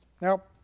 Nope